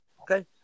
okay